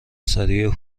سریع